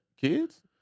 Kids